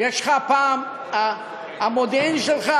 ביטן, הפעם המודיעין שלך